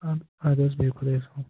اَدٕ اَدٕ حظ بِہِو خدایَس حَوال